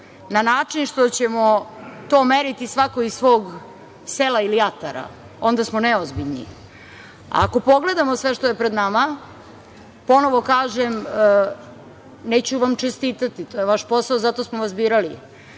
na način što ćemo to meriti svako iz svog sela ili atara, onda smo neozbiljni. Ako pogledamo sve što je pred nama, ponovo kažem, neću vam čestitati, to je vaš posao, zato smo vas birali,